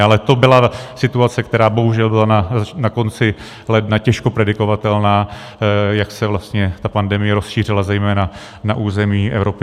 Ale to byla situace, která bohužel byla na konci ledna těžko predikovatelná, jak se vlastně ta pandemie rozšířila zejména na území Evropy.